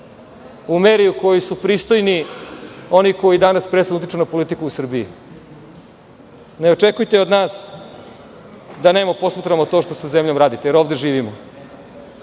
u meri u kojoj su pristojni oni koji danas presudno utiču na politiku u Srbiji. Ne očekujte od nas da nemo posmatramo to što sa zemljom radite, jer ovde živimo.